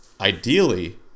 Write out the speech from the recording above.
ideally